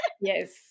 Yes